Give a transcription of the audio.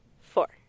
Four